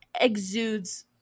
exudes